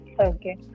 Okay